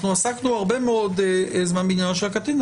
אנחנו עסקנו הרבה מאוד זמן בעניינו של הקטין.